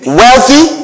wealthy